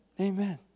Amen